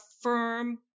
firm